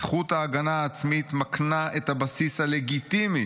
זכות ההגנה העצמית מקנה את הבסיס הלגיטימי